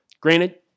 Granted